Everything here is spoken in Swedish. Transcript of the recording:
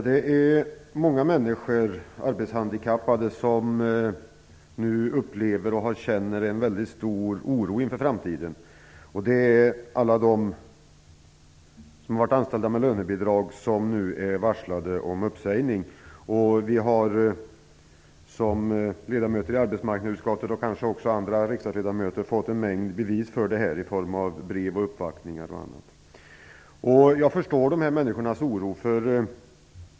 Herr talman! Många arbetshandikappade känner en stor oro inför framtiden. Det gäller alla dem som varit anställda med lönebidrag och som nu varslats om uppsägning. Vi ledamöter i arbetsmarknadsutskottet - det gäller kanske också andra riksdagsledamöter - har fått en mängd bevis för detta i form av bl.a. brev och uppvaktningar. Jag förstår de här människornas oro.